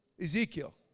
Ezekiel